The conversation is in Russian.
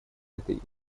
этой